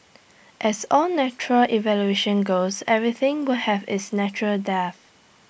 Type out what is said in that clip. as all natural evolution goes everything will have its natural death